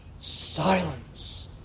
Silence